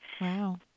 Wow